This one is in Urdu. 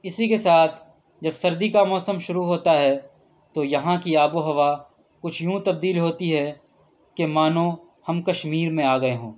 اسی کے ساتھ جب سردی کا موسم شروع ہوتا ہے تو یہاں کی آب و ہوا کچھ یوں تبدیل ہوتی ہے کہ مانو ہم کشمیر میں آ گئے ہوں